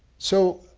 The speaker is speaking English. so,